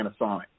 Panasonic